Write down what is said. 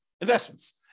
investments